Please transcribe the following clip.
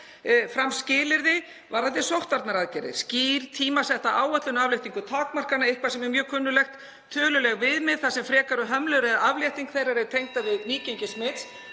fram skilyrði varðandi sóttvarnaaðgerðir, skýra tímasetta áætlun um afléttingu takmarkana, eitthvað sem er mjög kunnuglegt, töluleg viðmið þar sem frekari hömlur eða aflétting þeirra er tengd við nýgengi smits,